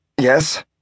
Yes